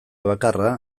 bakarra